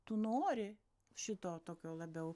tu nori šito tokio labiau